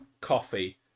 coffee